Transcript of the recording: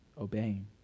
obeying